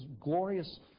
glorious